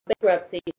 bankruptcy